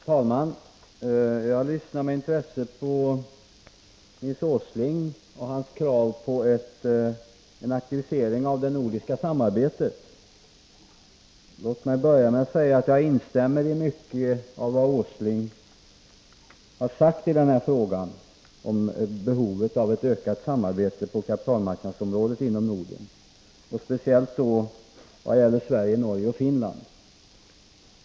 Herr talman! Jag lyssnade med intresse på Nils Åsling och hans krav på en aktivering av det nordiska samarbetet. Låt mig börja med att säga att jag instämmer i mycket av vad Nils Åsling har sagt om behovet av ett ökat samarbete på kapitalmarknadsområdet inom Norden — speciellt i vad gäller Sverige, Norge och Finland.